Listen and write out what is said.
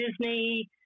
Disney